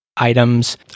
items